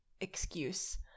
excuse